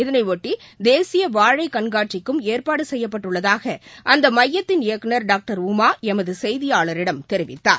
இதனையொட்டி தேசிய வாழை கண்காட்சிக்கும் ஏற்பாடு செய்யப்பட்டுள்ளதாக ளதாக அந்த மையத்தின் இயக்குநர் டாக்டர் உமா எமது செய்தியாளரிடம் தெரிவித்தார்